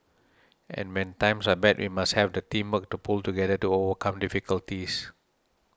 and when times are bad we must have the teamwork to pull together to overcome difficulties